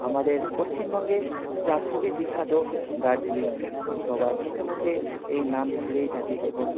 আমাদের পশ্চিমবঙ্গে চা খুবই বিখ্যাত দার্জিলিং টি সবার মুখে মুখে এই নাম ঘুরেই থাকে এবং